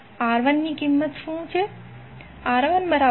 હવે R1 ની કિંમત શું છે